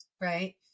Right